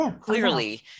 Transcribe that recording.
Clearly